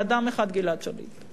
באדם אחד: גלעד שליט.